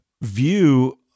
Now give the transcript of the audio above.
view